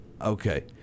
Okay